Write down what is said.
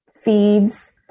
feeds